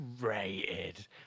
Rated